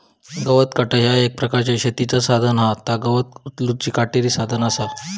गवत काटा ह्या एक प्रकारचा शेतीचा साधन हा ता गवत उचलूचा काटेरी साधन असा